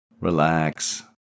Relax